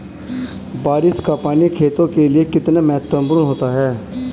बारिश का पानी खेतों के लिये कितना महत्वपूर्ण होता है?